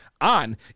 on